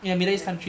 oh